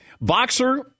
Boxer